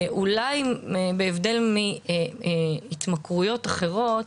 אולי בהבדל מהתמכרויות אחרות,